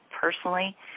personally